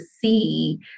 see